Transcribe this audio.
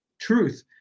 truth